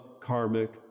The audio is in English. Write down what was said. karmic